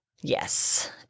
yes